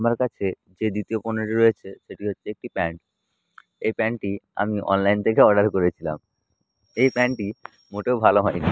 আমার কাছে যে দ্বিতীয় পণ্যটি রয়েছে সেটি হচ্ছে একটি প্যান্ট এই প্যান্টটি আমি অনলাইন থেকে অর্ডার করেছিলাম এই প্যান্টটি মোটেও ভালো হয় নি